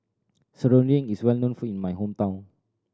Serunding is well known in my hometown